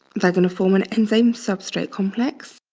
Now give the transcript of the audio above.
they're gonna form an enzyme substrate complex,